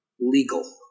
legal